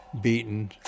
beaten